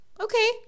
Okay